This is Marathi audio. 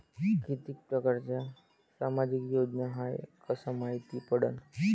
कितीक परकारच्या सामाजिक योजना हाय कस मायती पडन?